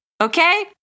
okay